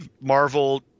Marvel